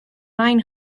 rain